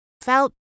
felt